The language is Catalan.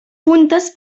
puntes